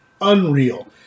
unreal